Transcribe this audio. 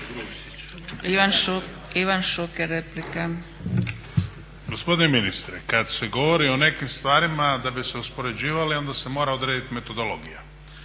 Ivan Šuker replika.